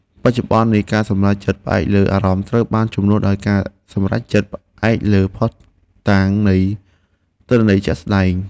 បច្ចុប្បន្ននេះការសម្រេចចិត្តផ្អែកលើអារម្មណ៍ត្រូវបានជំនួសដោយការសម្រេចចិត្តផ្អែកលើភស្តុតាងនៃទិន្នន័យជាក់ស្តែង។